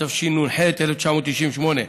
התשנ"ח 1998,